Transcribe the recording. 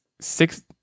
six